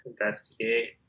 investigate